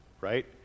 Right